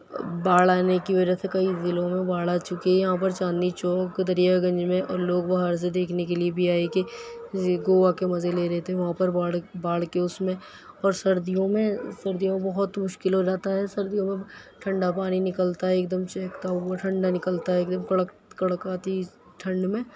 باڑھ آنے کی وجہ سے کئی ضلعوں میں باڑھ آ چکی ہے یہاں پر چاندنی چوک دریا گنج میں اور لوگ باہر سے دیکھنے کے لیے بھی آئے کہ زے گوا کے مزے لے رہے تھے وہاں پر باڑھ باڑھ کے اس میں اور سردیوں میں سردیوں میں بہت مشکل ہو جاتا ہے سردیوں میں ٹھنڈا پانی نکلتا ہے ایک دم سینکتا ہوا ٹھنڈا نکلتا ہے ایک دم کڑک کڑکاتی ٹھنڈ میں